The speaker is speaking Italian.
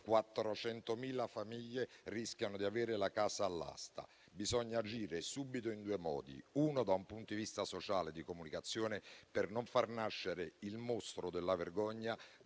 400.000 famiglie rischiano di avere la casa all'asta. Bisogna agire subito in due modi: da un punto di vista sociale, di comunicazione, per non far nascere il mostro della vergogna